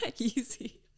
Easy